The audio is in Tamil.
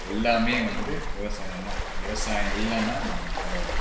எல்லாமே வந்து விவசாயம் தான் விவசாயம் இல்லைனா நாம் கிடையாது